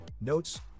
notes